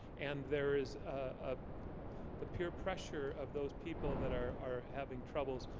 and there is a the peer pressure of those people that are are having troubles.